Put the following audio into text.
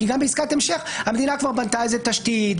כי גם בעסקת המשך המדינה כבר בנתה על זה תשתית,